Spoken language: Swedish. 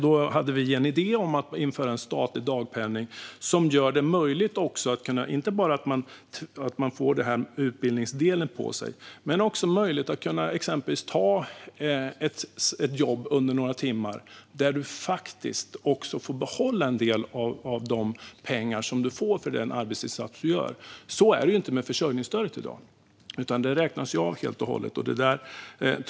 Då hade vi en idé om att införa en statlig dagpenning som skulle göra att man fick inte bara utbildningsdelen utan också möjlighet att exempelvis ta ett jobb under några timmar och faktiskt få behålla en del av pengarna för den arbetsinsats man gör. Så är det inte med försörjningsstödet i dag, utan det räknas av helt och hållet.